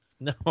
No